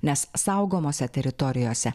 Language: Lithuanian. nes saugomose teritorijose